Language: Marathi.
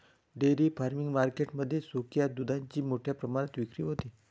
डेअरी फार्मिंग मार्केट मध्ये सुक्या दुधाची मोठ्या प्रमाणात विक्री होते